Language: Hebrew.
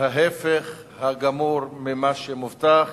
ההיפך הגמור ממה שמובטח,